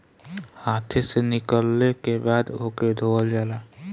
हाथे से निकलले के बाद ओके धोवल जाला